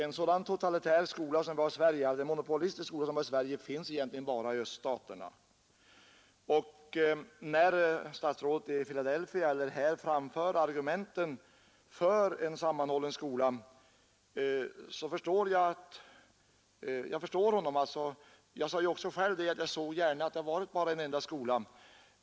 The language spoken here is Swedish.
En så monopolistisk skola som vi har i Sverige finns egentligen bara i öststaterna. När statsrådet i Filadelfiakyrkan eller här framför argumenten för en sammanhållen skola, förstår jag honom, Jag sade ju också själv att jag gärna såg att det funnes en enda skola.